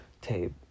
tape